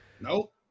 Nope